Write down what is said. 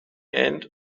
end